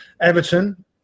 Everton